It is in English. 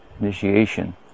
initiation